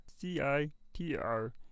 c-i-t-r